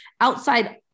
outside